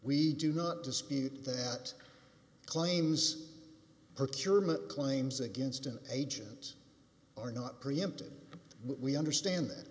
we do not dispute that claims per curiam of claims against an agent are not preempted we understand that